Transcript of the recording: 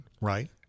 Right